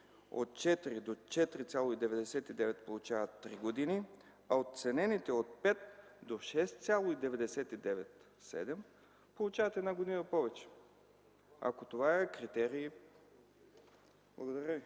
от 4 до 4,99 получават три години, а оценените от 5 до 6,99-7 – получават една година повече. Ако това е критерий?! Благодаря ви.